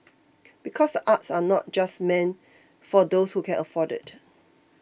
because the arts are not just meant for those who can afford it